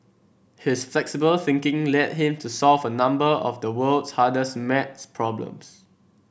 his flexible thinking led him to solve a number of the world's hardest maths problems